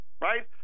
right